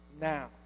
Now